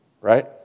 Right